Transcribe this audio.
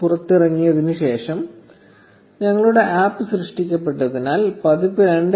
6 പുറത്തിറങ്ങിയതിനുശേഷം ഞങ്ങളുടെ APP സൃഷ്ടിക്കപ്പെട്ടതിനാൽ പതിപ്പിന് 2